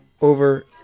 over